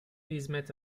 hizmet